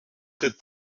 good